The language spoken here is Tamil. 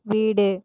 வீடு